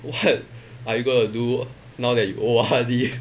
what are you going to do now that you O_R_D